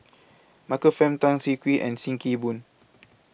Michael Fam Tan Siah Kwee and SIM Kee Boon